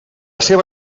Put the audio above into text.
seva